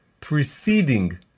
preceding